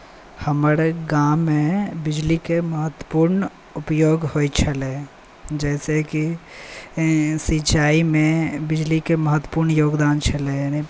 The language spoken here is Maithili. हमर गाममे बिजलीके महत्वपुर्ण उपयोग होइ छलै एहिसॅं कि सिंचाईमे बिजलीके महत्वपुर्ण योगदान छलै